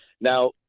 now